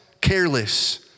careless